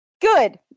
good